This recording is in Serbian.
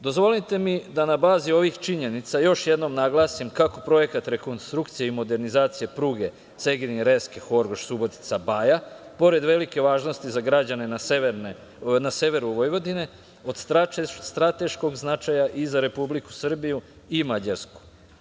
Dozvolite mi da na bazi ovih činjenica još jednom naglasim kako projekat rekonstrukcije i modernizacije pruge Segedin – Reske – Horgoš – Subotica – Baja, pored velike važnosti za građane na severu Vojvodine, od strateškog značaja je i za Republiku Srbiju i Mađarsku.